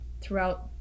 throughout